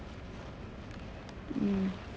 mm